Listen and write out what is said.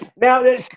Now